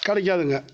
கிடைக்காதுங்க